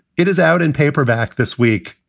it is out in paperback this week.